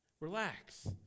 relax